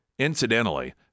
Incidentally